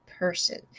person